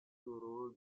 rule